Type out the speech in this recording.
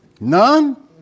None